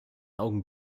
einen